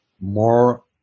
more